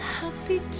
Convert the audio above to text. Happy